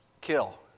kill